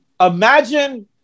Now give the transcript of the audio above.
imagine